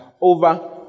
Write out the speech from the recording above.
over